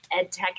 EdTech